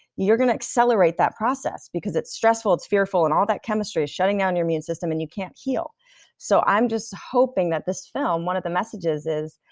you're going to accelerate that process because it's stressful, it's fearful and all that chemistry is shutting down your immune system and you can't heal so i'm just hoping that this film, one of the messages is,